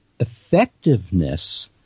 effectiveness